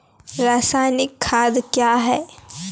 रसायनिक खाद कया हैं?